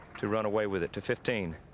to run away with it to fifteen